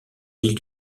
villes